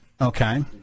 Okay